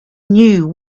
knew